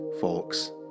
folks